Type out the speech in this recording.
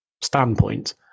standpoint